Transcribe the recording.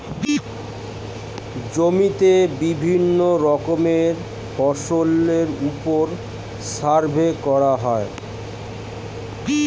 জমিতে বিভিন্ন রকমের ফসলের উপর সার্ভে করা হয়